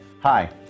Hi